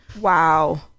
wow